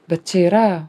bet čia yra